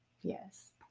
Yes